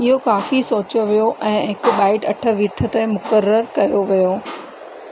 इहो काफी सोचियो वियो ऐं हिकु बाइट अठ बिट ते मुक़ररु कयो वियो